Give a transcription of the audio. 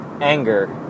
anger